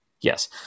Yes